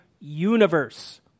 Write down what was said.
universe